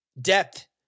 depth